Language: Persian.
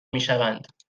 میشوند